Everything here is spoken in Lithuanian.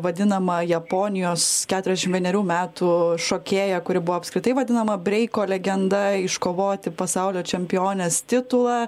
vadinamą japonijos keturiasdešim vienerių metų šokėją kuri buvo apskritai vadinama breiko legenda iškovoti pasaulio čempionės titulą